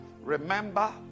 Remember